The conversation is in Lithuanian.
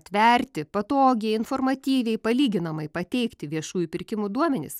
tverti patogiai informatyviai palyginamai pateikti viešųjų pirkimų duomenis